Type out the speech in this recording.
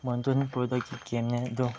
ꯃꯣꯟꯇꯨꯟ ꯄ꯭ꯔꯗꯛꯀꯤ ꯒꯦꯝꯅꯦ ꯑꯗꯣ